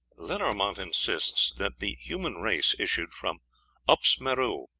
lenormant insists that the human race issued from ups merou,